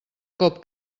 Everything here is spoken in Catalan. cop